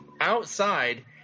outside